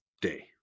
day